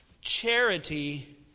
Charity